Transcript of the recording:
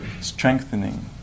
strengthening